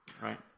Right